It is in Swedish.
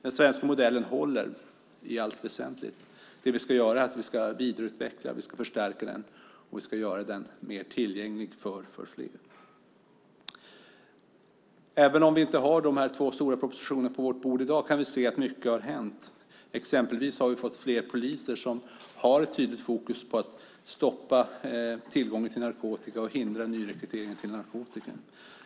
Den svenska modellen håller i allt väsentligt. Det vi ska göra är att vidareutveckla och förstärka den och göra den mer tillgänglig för fler. Även om vi inte har de två stora propositionerna på vårt bord i dag kan vi se att mycket har hänt. Exempelvis har vi fått fler poliser som har tydligt fokus på att stoppa tillgången till narkotika och hindra nyrekrytering till missbruk.